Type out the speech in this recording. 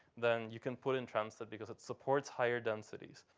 then you can put in transit because it supports higher densities.